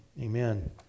Amen